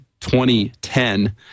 2010